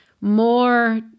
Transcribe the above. more